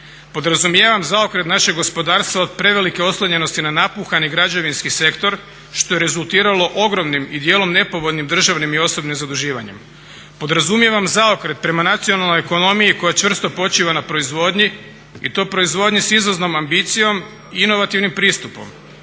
Podrazumijevam zaokret našeg gospodarstva od prevelike oslonjenosti na napuhani građevinski sektor što je rezultiralo ogromnim i dijelom nepovoljnim državnim i osobnim zaduživanjem. Podrazumijevam zaokret prema nacionalnoj ekonomiji koja čvrsto počiva na proizvodnji i to proizvodnji sa izvoznom ambicijom i inovativnim pristupom,